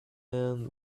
man